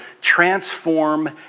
transform